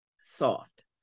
soft